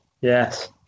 Yes